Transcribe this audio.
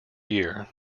year